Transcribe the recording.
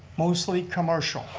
mostly commercial.